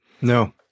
No